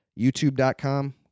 YouTube.com